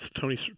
Tony